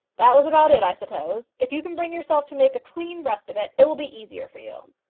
that was about it, i suppose? if you can bring yourself to make a clean breast of it, it will be easier for you.